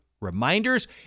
reminders